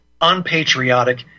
unpatriotic